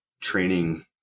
training